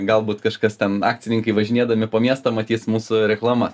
galbūt kažkas ten akcininkai važinėdami po miestą matys mūsų reklamas